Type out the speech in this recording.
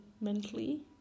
mentally